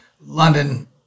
London